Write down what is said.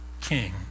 king